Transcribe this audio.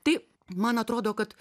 tai man atrodo kad